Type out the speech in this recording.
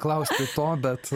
klausti o bet